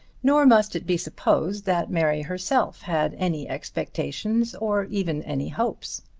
nor must it be supposed that mary herself had any expectations or even any hopes.